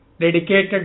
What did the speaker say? dedicated